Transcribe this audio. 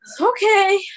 okay